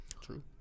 True